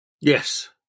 Yes